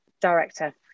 director